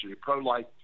pro-life